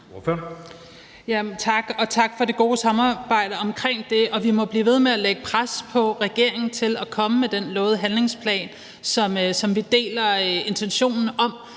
tak for det gode samarbejde om det. Vi må blive ved med at lægge pres på regeringen for at komme med den lovede handlingsplan, som vi deler intentionen om.